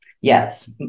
Yes